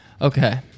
Okay